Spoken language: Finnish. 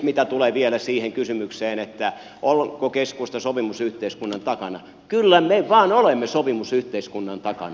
mitä tulee vielä siihen kysymykseen onko keskusta sopimusyhteiskunnan takana kyllä me vain olemme sopimusyhteiskunnan takana